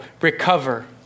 recover